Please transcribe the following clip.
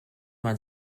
man